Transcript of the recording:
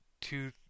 two